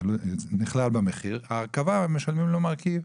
נכללה במחיר, ההרכבה משלמים למרכיב.